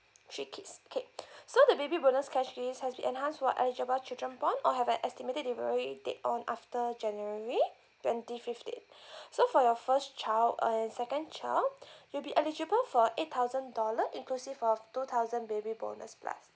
three kids okay so the baby bonus cash gift has been enhanced for eligible children born or have an estimated delivery date on after january twenty fifteen so for your first child uh and second child you'll be eligible for eight thousand dollar inclusive of two thousand baby bonus plus